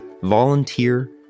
volunteer